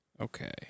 Okay